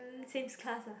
hmm same class ah